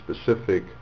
specific